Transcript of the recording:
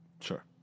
Sure